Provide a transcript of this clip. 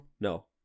No